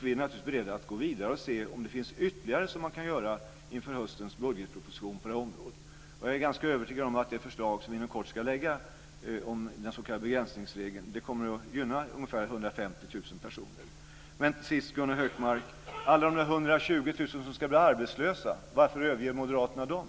Vi är naturligtvis beredda att gå vidare och se om det finns något ytterligare man kan göra på det här området inför höstens budgetproposition. Jag är ganska övertygad om att det förslag som vi inom kort ska lägga om den s.k. begränsningsregeln kommer att gynna ungefär 150 000 personer. Alla de 120 000 som ska bli arbetslösa, Gunnar Hökmark, varför överger Moderaterna dem?